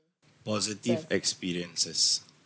positive experiences